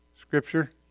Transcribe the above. scripture